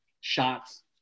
shots